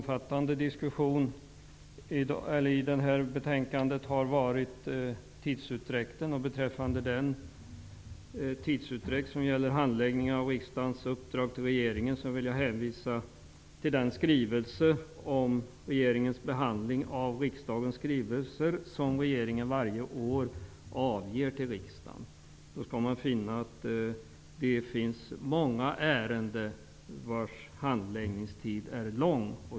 Fru talman! Det har varit en omfattande diskussion om tidsutdräkten vid handläggningen av riksdagens uppdrag till regeringen. Då vill jag hänvisa till den skrivelse om regeringens behandling av riksdagens skrivelser som regeringen varje år lämnar till riksdagen. Där finner man att det finns många ärenden vilkas handläggningstid är lång.